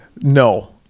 No